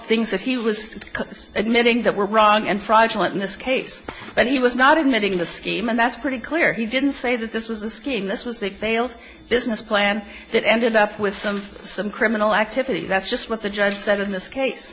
things that he was admitting that were wrong and fraudulent in this case but he was not admitting the scheme and that's pretty clear he didn't say that this was a scheme this was a failed business plan that ended up with some some criminal activity that's just what the judge said in this case